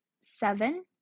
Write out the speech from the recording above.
seven